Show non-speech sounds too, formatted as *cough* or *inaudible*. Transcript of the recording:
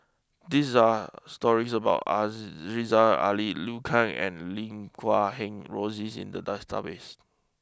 these are stories about *unintelligible* Ali Liu Kang and Lim Guat Kheng Rosie's in the *unintelligible* base